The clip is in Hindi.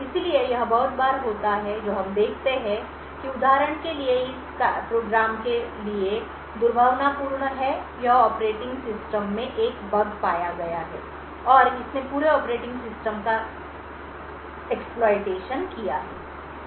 इसलिए यह बहुत बार होता है जो हम देखते हैं कि उदाहरण के लिए इस कार्यक्रम के लिए दुर्भावनापूर्ण है यह ऑपरेटिंग सिस्टम में एक बग पाया गया है और इसने पूरे ऑपरेटिंग सिस्टम का निर्माण और शोषण किया है